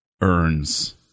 earns